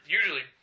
usually